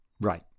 Right